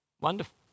wonderful